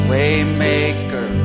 Waymaker